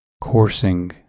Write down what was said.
coursing